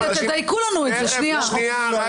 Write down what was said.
שנייה.